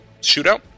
shootout